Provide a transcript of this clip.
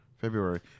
February